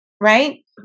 right